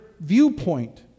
viewpoint